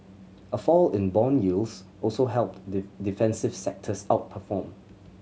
a fall in bond yields also helped defensive sectors outperform